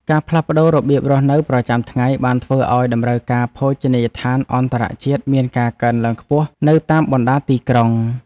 ការផ្លាស់ប្តូររបៀបរស់នៅប្រចាំថ្ងៃបានធ្វើឱ្យតម្រូវការភោជនីយដ្ឋានអន្តរជាតិមានការកើនឡើងខ្ពស់នៅតាមបណ្តាទីក្រុង។